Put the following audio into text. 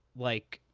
like,